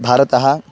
भारतः